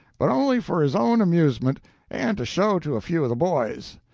but only for his own amusement and to show to a few of the boys.